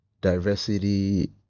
diversity